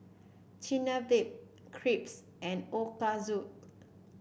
Chigenabe Crepe and Ochazuke